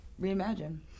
reimagine